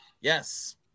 Yes